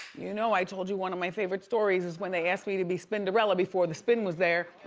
you know, i told you one of my favorite stories is when they asked me to be spinderella before the spin was there.